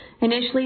Initially